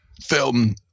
film